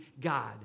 God